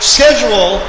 schedule